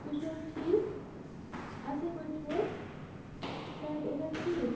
تُہۍ چھِو حظ ٹھیٖک اَصٕل پٲٹھۍ چھِو حظ صحت اوسا ٹھیٖک